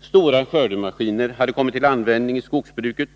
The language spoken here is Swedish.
Stora skördemaskiner hade kommit till användning i skogsbruket.